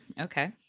okay